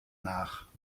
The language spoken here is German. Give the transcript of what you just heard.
nach